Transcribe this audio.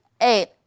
eight